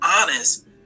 honest